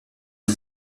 are